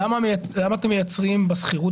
למה אתם מייצרים בשכירות